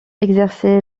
exercé